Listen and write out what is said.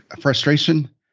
frustration